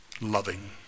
loving